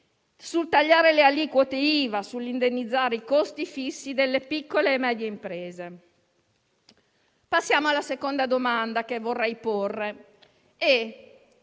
sul tagliare le aliquote IVA, sull'indennizzare i costi fissi delle piccole e medie imprese. Passiamo alla seconda domanda che vorrei porre